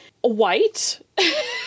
white